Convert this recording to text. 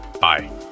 Bye